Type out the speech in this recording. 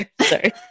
Sorry